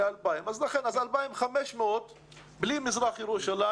אם כן, 2,500 כיתות חסרות בלי מזרח ירושלים.